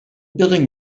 building